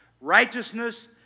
righteousness